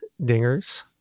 dingers